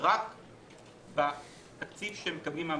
רק בתקציב שהן מקבלות,